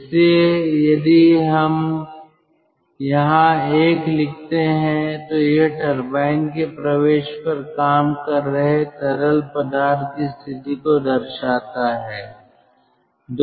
इसलिए यदि हम यहां 1 लिखते हैं तो यह टरबाइन के प्रवेश पर काम कर रहे तरल पदार्थ की स्थिति को दर्शाता है